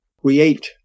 create